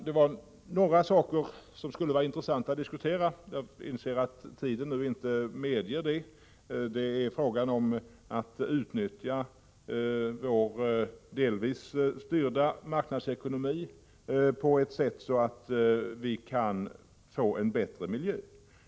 Det är några saker som det skulle vara intressant att diskutera, men jag inser att tiden nu inte medger detta. Det gäller utnyttjande av vår delvis styrda marknadsekonomi på ett sätt som gör att vi kan få en bättre miljö.